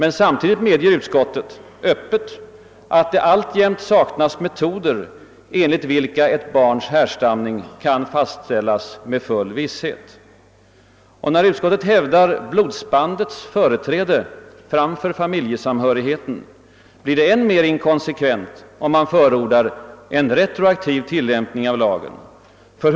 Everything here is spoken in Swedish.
Samtidigt medger utskottet öppet att ännu »saknås dock metoder enligt vilka ett barns härstamning kan fastslås med full visshet«. Och när utskottet hävdar blodsbandets företräde framför familjesamhörigheten blir en retroaktiv tillämphing av lagen än mer inkonsekvent.